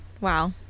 Wow